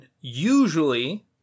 usually